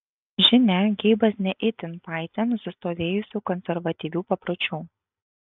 žinia geibas ne itin paisė nusistovėjusių konservatyvių papročių